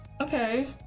Okay